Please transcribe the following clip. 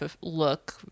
look